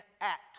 act